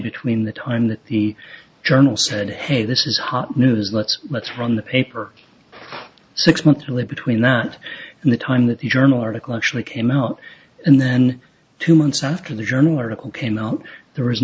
between the time that the journal said hey this is hot news let's let's run the paper six months really between that and the time that the journal article actually came out and then two months after the journal article came out there was